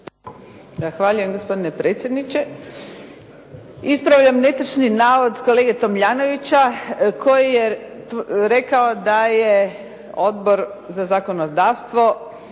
gospodine predsjedniče. Ispravljam netočni navod kolege Tomljanovića koji je rekao da je odbor za zakonodavstvo